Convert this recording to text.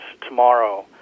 tomorrow